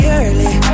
early